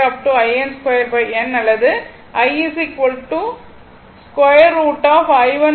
in 2 n அல்லது I 2√ i12 i22